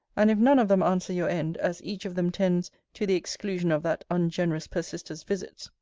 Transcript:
and if none of them answer your end, as each of them tends to the exclusion of that ungenerous persister's visits,